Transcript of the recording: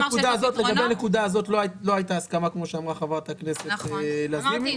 לגבי הנקודה הזאת לא הייתה הסכמה כמו שאמרה חברת הכנסת לזימי.